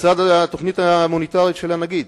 לצד התוכנית המוניטרית של הנגיד,